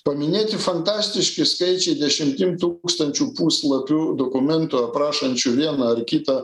paminėti fantastiški skaičiai dešimtim tūkstančių puslapių dokumentų aprašančių vieną ar kitą